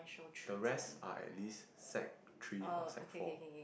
the rest are at least sec three or sec four